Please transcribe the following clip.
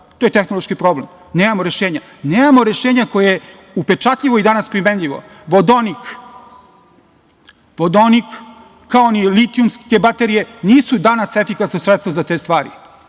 to je tehnološki problem, nemamo rešenja. Nemamo rešenja koje upečatljivo i danas primenljivo, vodonik kao ni litijumske baterije, nisu danas efikasno sredstvo za te stvari. Srbi